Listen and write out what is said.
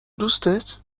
دوستت